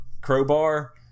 crowbar